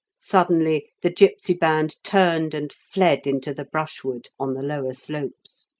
suddenly the gipsy band turned and fled into the brushwood on the lower slopes.